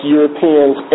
Europeans